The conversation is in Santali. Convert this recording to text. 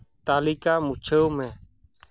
ᱛᱟᱹᱞᱤᱠᱟ ᱢᱩᱪᱷᱟᱹᱣ ᱢᱮ